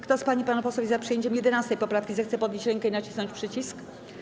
Kto z pań i panów posłów jest za przyjęciem 11. poprawki, zechce podnieść rękę i nacisnąć przycisk.